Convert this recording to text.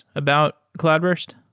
about cloudburst?